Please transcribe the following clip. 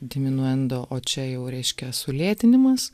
diminuendo o čia jau reiškia sulėtinimas